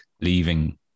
leaving